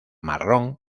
marrón